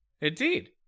Indeed